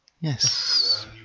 Yes